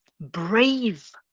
brave